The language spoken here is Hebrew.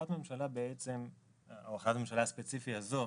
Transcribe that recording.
החלטת הממשלה הספציפית הזאת,